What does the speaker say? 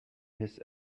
his